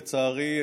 לצערי,